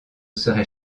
serait